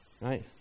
right